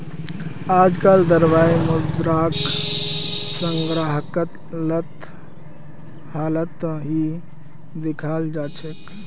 आजकल द्रव्य मुद्राक संग्रहालत ही दखाल जा छे